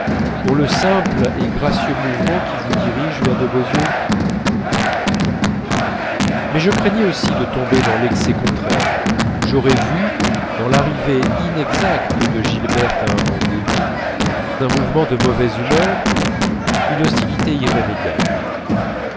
pour le simple et gracieux mouvement qui vous dirige vers de beaux yeux mais je craignais aussi de tomber dans l'excès contraire où j'aurais vu dans l'arrivée inexacte de gilberte à un rendez-vous un mouvement de mauvaise humeur une hostilité irrémédiable